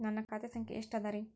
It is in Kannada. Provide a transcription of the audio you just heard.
ನನ್ನ ಖಾತೆ ಸಂಖ್ಯೆ ಎಷ್ಟ ಅದರಿ?